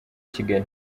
kigali